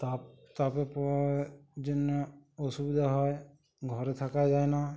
তাপ তাপের প্রভাবের জন্যে অসুবিধা হয় ঘরে থাকা যায় না